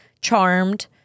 Charmed